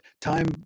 time